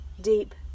deep